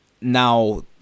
Now